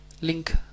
link